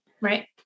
Right